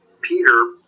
Peter